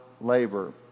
labor